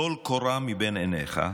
טול קורה מבין עיניך.